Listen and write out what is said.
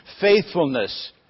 faithfulness